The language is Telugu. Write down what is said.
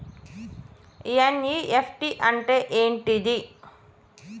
ఎన్.ఇ.ఎఫ్.టి అంటే ఏంటిది?